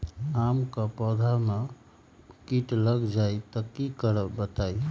आम क पौधा म कीट लग जई त की करब बताई?